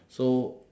so